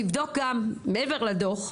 תבדוק גם מעבר לדוח,